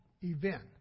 event